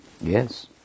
Yes